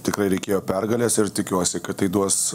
tikrai reikėjo pergalės ir tikiuosi kad tai duos